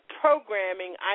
programming